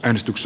äänestys